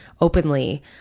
openly